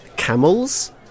Camels